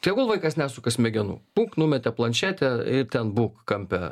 tegul vaikas nesuka smegenų puk numetė planšetę i ten būk kampe